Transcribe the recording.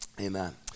Amen